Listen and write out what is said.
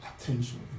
attention